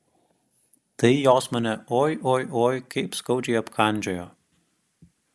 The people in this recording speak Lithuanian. tai jos mane oi oi oi kaip skaudžiai apkandžiojo